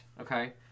Okay